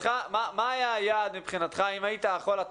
מה היה היעד מבחינתך אם היית יכול אתה